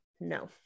No